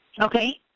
Okay